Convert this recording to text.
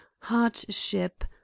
hardship